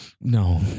No